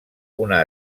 una